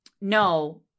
no